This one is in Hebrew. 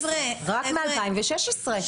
רק מ-2016.